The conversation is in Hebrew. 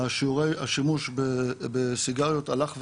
שיעורי השימוש בסיגריות הלך וירד.